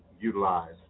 utilize